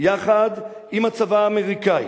יחד עם הצבא האמריקני,